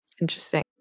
Interesting